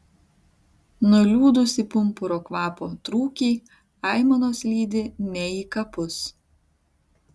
nuliūdusį pumpuro kvapo trūkį aimanos lydi ne į kapus